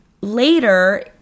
later